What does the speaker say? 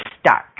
stuck